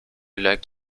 lac